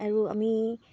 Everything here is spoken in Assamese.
আৰু আমি